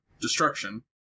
destruction